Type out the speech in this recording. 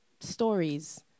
stories